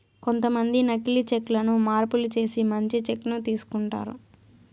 కొంతమంది నకీలి చెక్ లను మార్పులు చేసి మంచి చెక్ ను తీసుకుంటారు